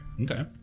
Okay